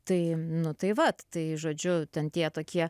tai nu tai va tai žodžiu ten tie tokie